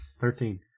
Thirteen